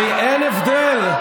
הרי אין הבדל.